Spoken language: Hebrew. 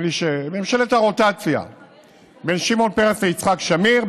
נדמה לי שבממשלת הרוטציה בין שמעון פרס ובין יצחק שמיר.